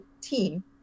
team